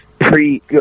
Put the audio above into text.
pre